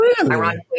Ironically